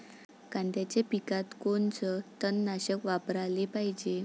कांद्याच्या पिकात कोनचं तननाशक वापराले पायजे?